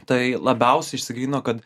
tai labiausiai išsigrynino kad